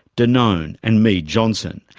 danone and mead johnson.